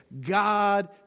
God